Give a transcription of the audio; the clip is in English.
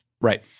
Right